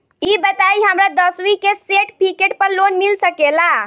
ई बताई हमरा दसवीं के सेर्टफिकेट पर लोन मिल सकेला?